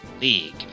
League